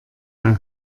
mehr